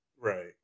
Right